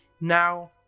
Now